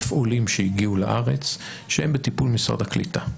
עולים שהגיעו לארץ שהם בטיפול משרד הקליטה,